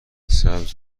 سبز